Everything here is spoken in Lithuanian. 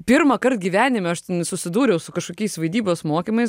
pirmąkart gyvenime aš ten susidūriau su kažkokiais vaidybos mokymais